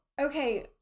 okay